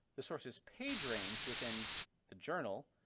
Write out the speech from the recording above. the source's page range within the journal,